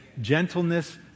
gentleness